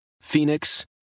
Phoenix